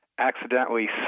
accidentally